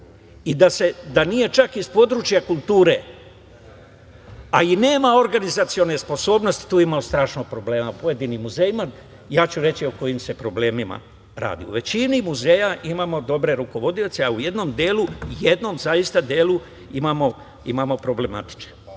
i da nije čak iz područja kulture, kao i da nema organizacione sposobnosti, e, tu ima strašnih problema u pojedinim muzejima. Reći ću sad o kojim se problemima radi. U većini muzeja imamo dobre rukovodioce, a u jednom delu imamo problematične.U